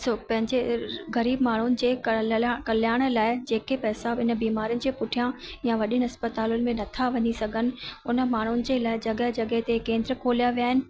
सो पंहिंजे ग़रीबु माण्हुनि जे क ल्ला कल्याण लाइ जेके पैसा आहिनि बीमारियुनि जे पुठियां या वॾियुनि अस्पतालुनि में न था वञी सघनि उन माण्हुनि जे लाइ जॻहि जॻहि ते केन्द्र खोलिया विया आहिनि